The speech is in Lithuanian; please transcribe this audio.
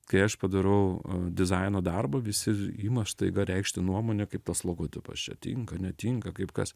kai aš padarau dizaino darbą visi ima staiga reikšti nuomonę kaip tas logotipas čia tinka netinka kaip kas